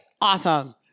awesome